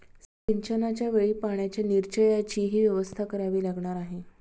सिंचनाच्या वेळी पाण्याच्या निचर्याचीही व्यवस्था करावी लागणार आहे